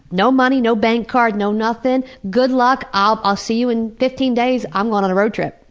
no money, no bank card, no nothing. good luck i'll i'll see you in fifteen days, i'm going on a road trip.